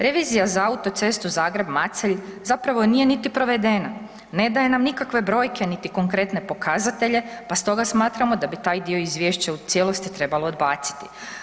Revizija za autocestu Zagreb-Macelj zapravo nije niti provedena, ne daje nam nikakve brojke niti konkretne pokazatelje pa stroga smatramo da bi taj dio izvješća u cijelosti trebalo odbaciti.